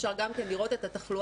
אפשר גם כן לראות את התחלואה,